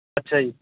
ਅੱਛਾ ਜੀ